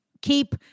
keep